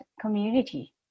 community